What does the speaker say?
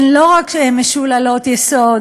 לא רק שהן משוללות יסוד,